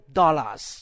dollars